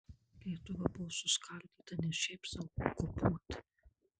lietuva buvo suskaldyta ne šiaip sau okupuota